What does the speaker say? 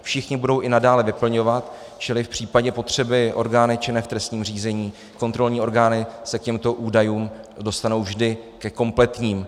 Všichni budou i nadále vyplňovat, čili v případě potřeby orgány činné v trestním řízení, kontrolní orgány se k těmto údajům dostanou vždy ke kompletním.